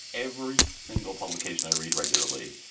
every single publication i read regularly,